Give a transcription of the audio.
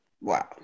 Wow